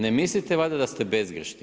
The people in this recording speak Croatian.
Ne mislite valjda da ste bezgrješni?